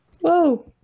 Whoa